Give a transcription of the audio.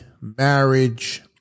marriage